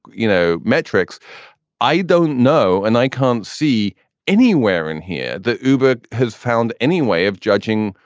you know, metrics i don't know. and i can't see anywhere in here that uber has found any way of judging,